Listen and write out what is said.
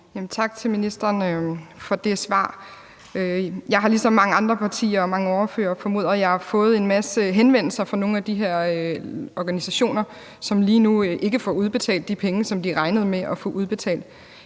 Tak til ministeren for det svar. Jeg har ligesom mange andre partier og ordførere, formoder jeg, fået en masse henvendelser fra nogle af de her organisationer, som lige nu ikke får udbetalt de penge, som de regnede med at få udbetalt.